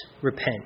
repent